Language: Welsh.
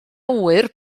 ŵyr